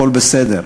הכול בסדר,